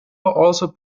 also